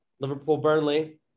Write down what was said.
Liverpool-Burnley